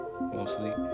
mostly